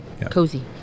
cozy